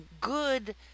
good